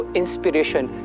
inspiration